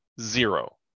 Zero